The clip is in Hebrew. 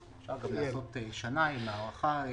אפשר לקבוע שנה עם הארכה.